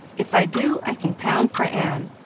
if i do, i can pound for ann.